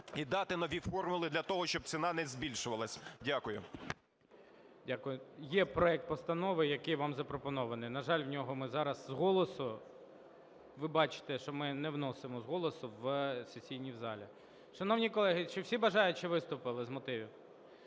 і дати нові формули для того, щоб ціна не збільшувалась. Дякую. ГОЛОВУЮЧИЙ. Дякую. Є проект постанови, який вам запропонований. На жаль, в нього ми зараз з голосу… Ви бачите, що ми не вносимо з голосу в сесійній залі. Шановні колеги, чи всі бажаючі виступили з мотивів?